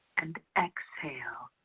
and exhale,